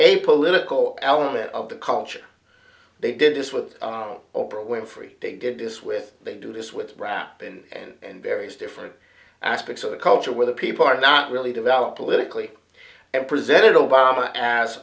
a political element of the culture they did this with oprah winfrey they did this with they do this with rap and various different aspects of the culture where the people are not really developed politically and presented